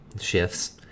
shifts